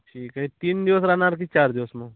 ठीक आहे तीन दिवस राहणार की चार दिवस मग